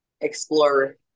explore